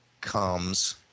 comes